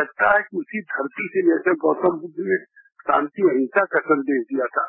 लगता है कि इसी धरती से जैसे गौतमबुद्ध ने शांति अहिंसा का सन्देश दिया था